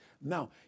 Now